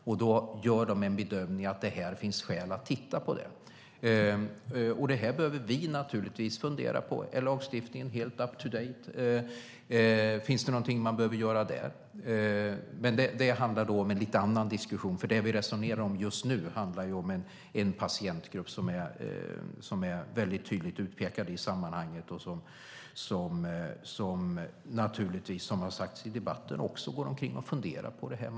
Och de har gjort en bedömning att det finns skäl att titta på det här. Vi behöver naturligtvis titta på det här. Är lagstiftningen helt up to date? Finns det någonting man behöver göra där? Men det är en lite annan diskussion. Det vi just nu resonerar om gäller en patientgrupp som är tydligt utpekad i sammanhanget och som naturligtvis går omkring och funderar på detta.